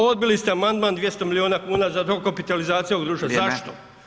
Odbili ste amandman 200 milijuna kuna za dokapitalizaciju ovog [[Upadica Radin: Vrijeme.]] društva, zašto?